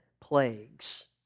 plagues